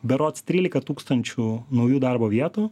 berods trylika tūkstančių naujų darbo vietų